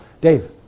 Dave